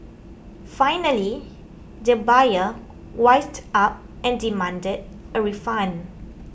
finally the buyer wised up and demanded a refund